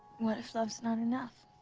what if love's not enough?